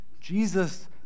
Jesus